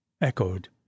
echoed